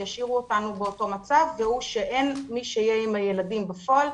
ישאירו אותנו באותו מצב והוא שאין מי שיהיה עם הילדים בפועל.